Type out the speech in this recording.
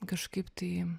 kažkaip tai